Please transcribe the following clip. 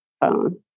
phone